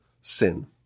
sin